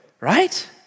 right